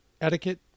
etiquette